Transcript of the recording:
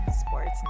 Sports